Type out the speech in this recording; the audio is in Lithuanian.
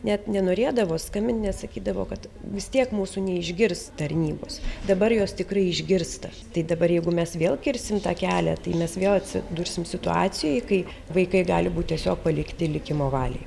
net nenorėdavo skambinti nes sakydavo kad vis tiek mūsų neišgirs tarnybos dabar jos tikrai išgirsta tai dabar jeigu mes vėl kirsim tą kelią tai mes vėl atsidursim situacijoje kai vaikai gali būti tiesiog palikti likimo valiai